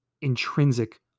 intrinsic